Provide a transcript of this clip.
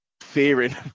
fearing